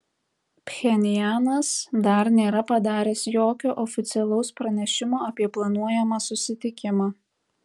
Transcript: pchenjanas dar nėra padaręs jokio oficialaus pranešimo apie planuojamą susitikimą